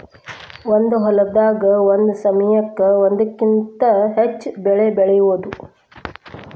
ಒಂದ ಹೊಲದಾಗ ಒಂದ ಸಮಯಕ್ಕ ಒಂದಕ್ಕಿಂತ ಹೆಚ್ಚ ಬೆಳಿ ಬೆಳಿಯುದು